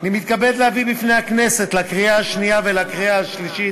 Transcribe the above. אני מתכבד להביא בפני הכנסת לקריאה השנייה ולקריאה השלישית